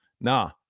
Nah